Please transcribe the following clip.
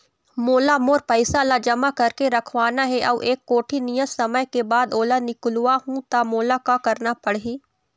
मोला मोर पैसा ला जमा करके रखवाना हे अऊ एक कोठी नियत समय के बाद ओला निकलवा हु ता मोला का करना पड़ही?